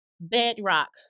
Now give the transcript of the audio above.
bedrock